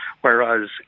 Whereas